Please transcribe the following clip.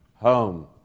home